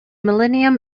millennium